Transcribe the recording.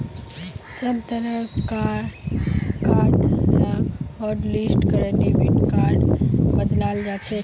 सब तरह कार कार्ड लाक हाटलिस्ट करे डेबिट कार्डत बदलाल जाछेक